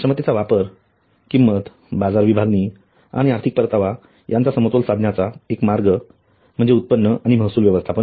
क्षमतेचा वापर किंमत बाजार विभागणी आणि आर्थिक परतावा यांचा समतोल साधण्याचा एक मार्ग म्हणजे उत्पन्न किंवा महसूल व्यवस्थापन